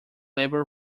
label